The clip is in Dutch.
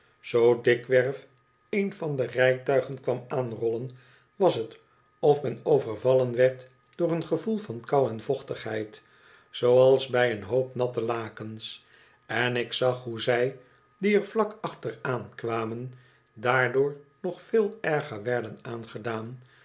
zoo dikwerf een van de rijtuigen kwam aanrollen was het of men overvallen werd door een gevoel van kou en vochtigheid zooals bij een hoop natte lakens en ik zag hoe zij die er vlak achteraan kwamen daardoor nog veel erger werden aangedaan